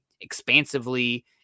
expansively